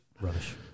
rubbish